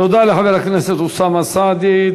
תודה לחבר הכנסת אוסאמה סעדי.